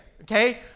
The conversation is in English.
Okay